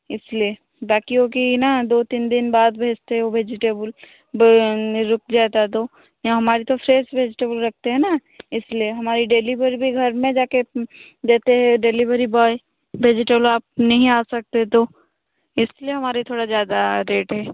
इसलिए बाकियों की ना दो तीन दिन बाद भेजते वो वेजिटेबुल ब रुक जाता तो यहाँ हमारी तो फ्रेस वेजिटेबुल रखते हैं ना इसलिए हमारी डिलीवरी भी घर में जा कर देते हैं डिलीवरी बॉय वेजिटेबल आप नहीं आ सकते तो इसलिए हमारे थोड़ा ज्यादा रेट है